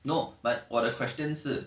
no but 我的 question 是